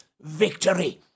Victory